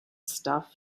stuff